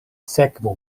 sekvu